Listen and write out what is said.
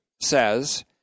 says